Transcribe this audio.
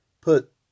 put